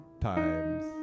times